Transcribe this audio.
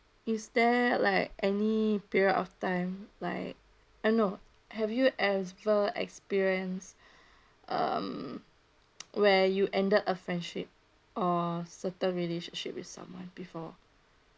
is there like any period of time like eh no have you ever experience um where you ended a friendship or certain relationship with someone before